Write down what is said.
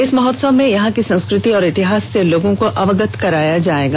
इस महोत्सव में यहां की संस्कृति और इतिहास से लोगों को अवगत कराया जायेगा